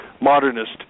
modernist